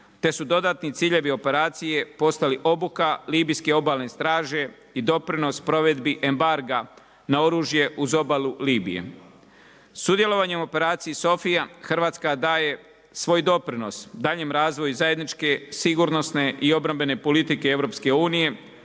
te su dodatni ciljevi operacije postali obuka Libijske obalne straže i doprinos provedbi embarga na oružje uz obalu Libije. Sudjelovanjem operaciji SOPHIJA, Hrvatska daje svoj doprinos daljnjim razvoju i zajedničke sigurnosne i obrambene politike EU,